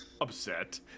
upset